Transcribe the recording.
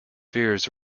fears